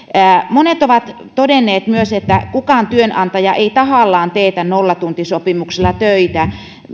monet ovat todenneet myös että kukaan työnantaja ei tahallaan teetä nollatuntisopimuksilla töitä